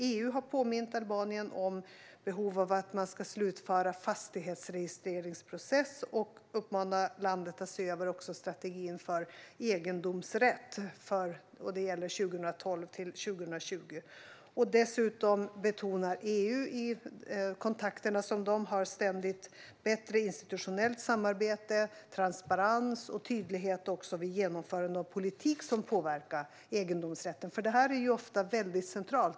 EU har påmint Albanien om behovet av att man ska slutföra en fastighetsregistreringsprocess och har uppmanat landet att se över strategin för egendomsrätt. Det gäller 2012-2020. Dessutom betonar EU i de kontakter som det ständigt har bättre institutionellt samarbete, transparens och tydlighet också vid genomförande av politik som påverkar egendomsrätten. Detta är ofta väldigt centralt.